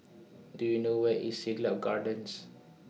Do YOU know Where IS Siglap Gardens